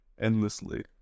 endlessly